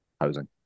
housing